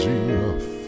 enough